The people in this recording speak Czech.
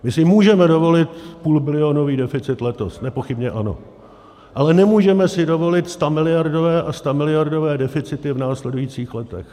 My si můžeme dovolit půlbilionový deficit letos, nepochybně ano, ale nemůžeme si dovolit stamiliardové a stamiliardové deficity v následujících letech.